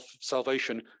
salvation